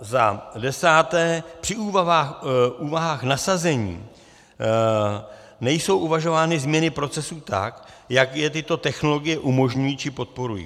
Za desáté, při úvahách nasazení nejsou uvažovány změny procesů tak, jak je tyto technologie umožňují či podporují.